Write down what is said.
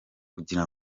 kugira